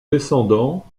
descendants